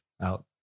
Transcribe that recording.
out